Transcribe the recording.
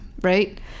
right